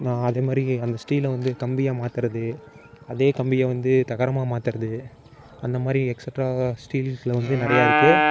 அதே மாதிரி அந்த ஸ்டீலை வந்து கம்பியாக மாற்றறது அதே கம்பியை வந்து தகரமாக மாற்றறது அந்த மாதிரி எக்ஸட்ராவாக ஸ்டீல்ஸ்ல வந்து நிறைய இருக்கு